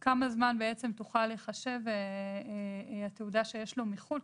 כמה זמן תוכל להיחשב התעודה שיש לו מחוץ לארץ